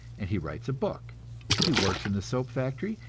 and he writes a book he works in the soap factory,